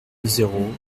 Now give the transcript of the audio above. zéro